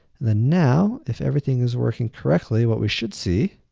then now if everything is working correctly what we should see